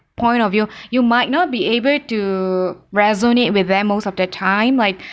point of view you might not be able to resonate with them most of the time like